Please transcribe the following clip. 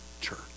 church